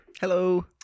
Hello